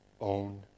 own